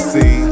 See